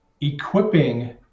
equipping